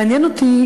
מעניין אותי,